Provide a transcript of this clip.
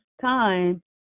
time